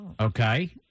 Okay